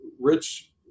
rich